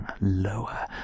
lower